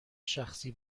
شخصی